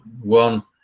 one